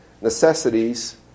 necessities